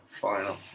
Final